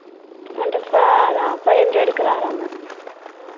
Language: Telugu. అంటే ఫైవ్ హండ్రెడ్కి రారా మేడం